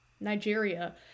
Nigeria